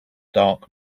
dark